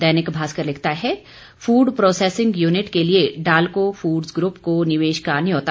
दैनिक भास्कर लिखता है food processing unit के लिए डालको फूड़स ग्रूप को निवेश का न्योता